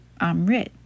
amrit